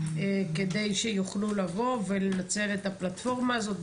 כדי שיוכלו לבוא ולנצל את הפלטפורמה הזאת,